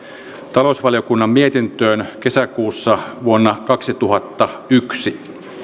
talousvaliokunnan mietintöön kesäkuussa vuonna kaksituhattayksi